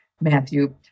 Matthew